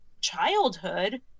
childhood